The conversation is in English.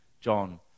John